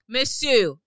Monsieur